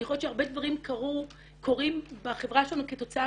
אני חושבת שהרבה דברים קורים בחברה שלנו כתוצאה